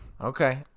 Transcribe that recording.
Okay